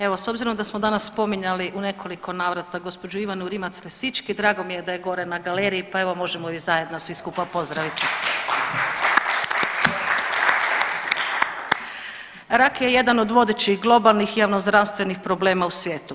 Evo s obzirom da smo danas spominjali u nekoliko navrata gospođu Ivanu Rimac Lesički, drago mi je da je gore na galeriji pa evo možemo ju svi zajedno skupa pozdraviti. Rak je jedan od vodećih globalnih javnozdravstvenih problema u svijetu.